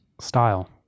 Style